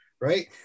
Right